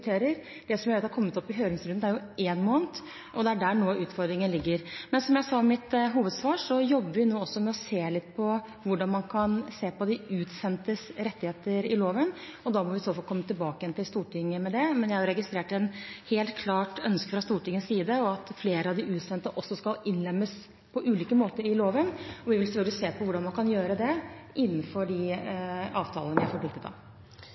Det som gjør at det er kommet opp i høringsrunden, er jo 1 måned, og det er der utfordringen nå ligger. Som jeg sa i mitt hovedsvar, jobber vi nå med å se litt på hvordan man kan se på de utsendtes rettigheter i loven, og da må vi i så fall komme tilbake til i Stortinget med det. Men jeg har jo registrert et helt klart ønske fra Stortingets side om at flere av de utsendte skal innlemmes på ulike måter i loven, og vi vil selvfølgelig se på hvordan man kan gjøre det innenfor de avtalene vi er forpliktet av.